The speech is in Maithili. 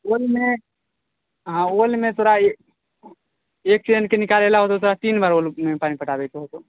ओलमे हँ ओलमे तोरा एक चैनके निकालय लए हेतौं तऽ तोरा तीन बार पानी पटाबै के हेतौं